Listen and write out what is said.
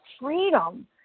freedom